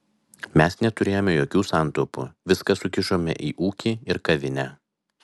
mes neturėjome jokių santaupų viską sukišome į ūkį ir kavinę